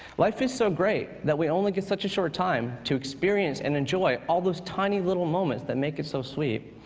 life is so great that we only get such a short time to experience and enjoy all those tiny little moments that make it so sweet.